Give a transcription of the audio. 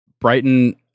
Brighton